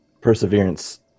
Perseverance